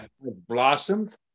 blossomed